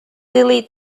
delete